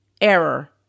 error